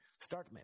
Startmail